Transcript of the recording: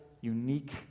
unique